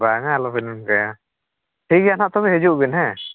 ᱵᱟᱝᱟ ᱟᱞᱚᱵᱮᱱ ᱚᱱᱠᱟᱭᱟ ᱴᱷᱤᱠᱜᱮᱭᱟ ᱦᱟᱜ ᱦᱤᱡᱩᱜ ᱵᱮᱱ ᱦᱮᱸ